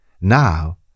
Now